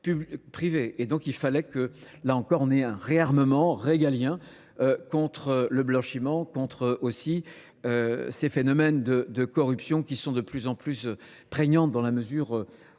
Et donc il fallait que, là encore, on ait un réarmement régalien contre le blanchiment, contre aussi ces phénomènes de corruption qui sont de plus en plus prégnantes dans la mesure où